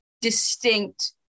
distinct